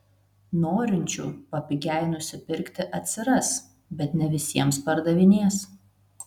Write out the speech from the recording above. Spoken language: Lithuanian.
norinčių papigiai nusipirkti atsiras bet ne visiems pardavinės